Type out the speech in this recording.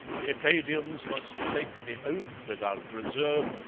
the acadians must take the oath without reserve,